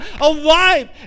alive